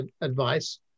advice